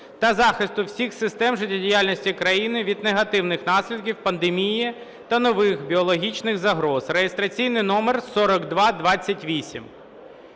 та захисту всіх систем життєдіяльності країни від негативних наслідків пандемії та нових біологічних загроз (реєстраційний номер 4228).